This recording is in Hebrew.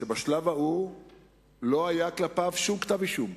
שבשלב ההוא לא היה כלפיו שום כתב אישום.